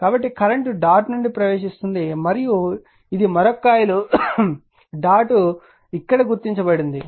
కాబట్టి కరెంట్ డాట్ నుండి ప్రవేశిస్తోంది మరియు ఇది మరొక కాయిల్ డాట్ ఇక్కడ గుర్తించబడింది